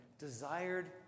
desired